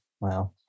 Wow